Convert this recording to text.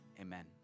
amen